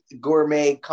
gourmet